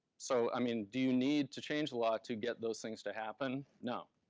so, i mean, do you need to change the law to get those things to happen? no.